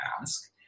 ask